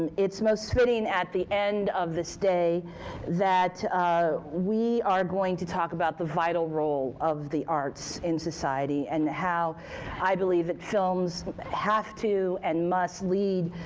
and it's most fitting that at the end of this day that ah we are going to talk about the vital role of the arts in society and how i believe that films have to and must lead